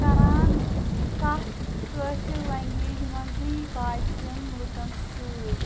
کَران کتھ کٲشرِ لنٛگویج منٛزٕے باقٕیَن لوٗکَن سۭتۍ